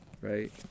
right